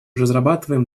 разрабатываем